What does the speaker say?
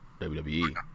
WWE